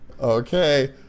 Okay